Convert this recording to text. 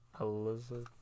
Elizabeth